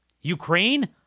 Ukraine